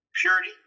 Purity